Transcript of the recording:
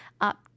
up